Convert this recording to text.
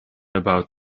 about